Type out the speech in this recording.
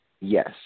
Yes